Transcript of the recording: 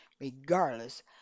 Regardless